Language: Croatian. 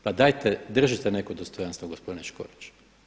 Pa dajte, držite neko dostojanstvo gospodine Škoriću.